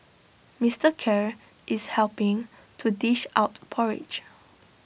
Mister Khair is helping to dish out porridge